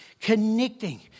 connecting